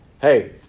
hey